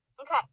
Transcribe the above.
okay